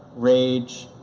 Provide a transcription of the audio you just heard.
rage,